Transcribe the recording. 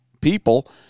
people